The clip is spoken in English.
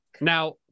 now